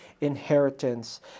inheritance